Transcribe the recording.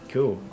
Cool